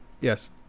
Yes